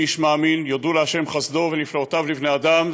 כאיש מאמין: "יודו לה' חסדו ונפלאותיו לבני אדם",